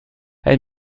elle